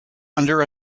under